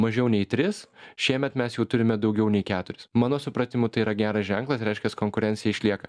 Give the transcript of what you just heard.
mažiau nei tris šiemet mes jau turime daugiau nei keturis mano supratimu tai yra geras ženklas reiškias konkurencija išlieka